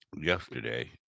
yesterday